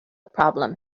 problem